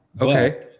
Okay